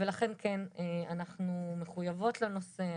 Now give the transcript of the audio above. ולכן אנחנו מחויבת לנושא,